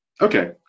Okay